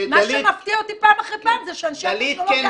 מה שמפתיע אותי פעם אחרי פעם זה שאנשי הטכנולוגיה,